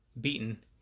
beaten